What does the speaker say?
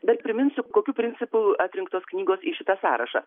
bet priminsiu kokiu principu atrinktos knygos į šitą sąrašą